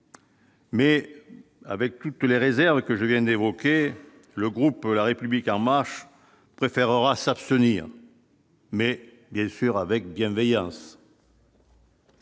Mais, avec toutes les réserves que je viens d'évoquer le groupe la République préférera s'abstenir. Mais bien sûr avec bienveillance.